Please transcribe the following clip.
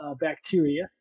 bacteria